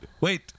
Wait